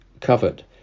covered